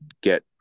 get